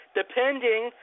depending